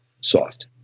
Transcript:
soft